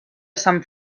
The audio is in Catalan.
sant